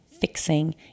fixing